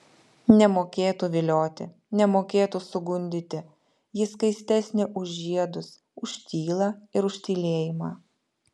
nemokėtų vilioti nemokėtų sugundyti ji skaistesnė už žiedus už tylą ir už tylėjimą